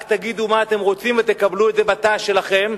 רק תגידו מה אתם רוצים ותקבלו את זה בתא שלכם,